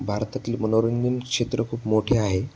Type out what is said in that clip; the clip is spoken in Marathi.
भारतातले मनोरंजन क्षेत्र खूप मोठे आहे